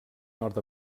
nord